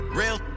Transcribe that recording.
real